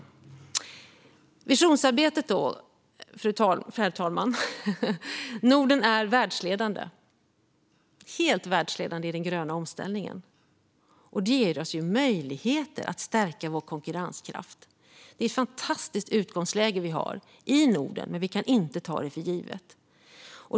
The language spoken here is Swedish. När det gäller visionsarbetet, herr talman, är Norden världsledande - helt världsledande - i den gröna omställningen. Det ger oss möjligheter att stärka vår konkurrenskraft. Det är ett fantastiskt utgångsläge vi har i Norden, men vi kan inte ta det för givet.